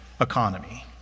economy